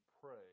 pray